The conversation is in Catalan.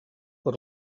per